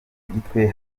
gitwe